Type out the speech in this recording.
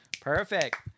perfect